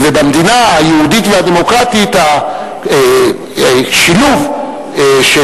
במדינה היהודית והדמוקרטית השילוב של